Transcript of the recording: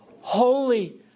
holy